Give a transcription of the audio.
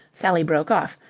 sally broke off,